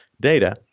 data